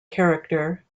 character